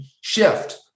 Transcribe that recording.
shift